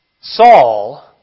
Saul